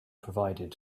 provided